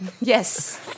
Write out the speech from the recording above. yes